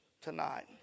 tonight